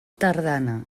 tardana